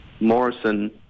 Morrison